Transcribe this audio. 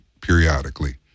periodically